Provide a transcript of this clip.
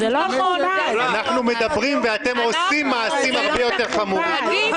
אנחנו מדברים ואתם עושים מעשים הרבה יותר חמורים.